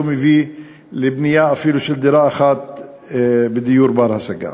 מביא אפילו לבנייה של דירה אחת בדיור בר-השגה.